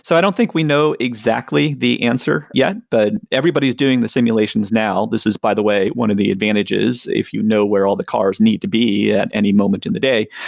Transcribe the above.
so i don't think we know exactly the answer yet, but everybody's doing the simulations now. this is by the way one of the advantages, if you know where all the cars need to be at any moment in the day.